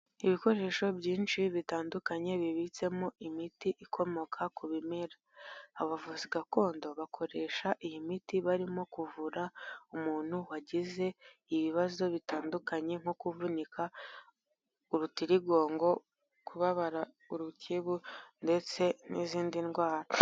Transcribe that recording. Ibikoresho byinshi bitandukanye bibitsemo imiti ikomoka ku bimera. Abavuzi gakondo bakoresha iyi miti barimo kuvura umuntu wagize ibibazo bitandukanye, nko kuvunika urutirigongo, kubabara urukebu ndetse n'izindi ndwara.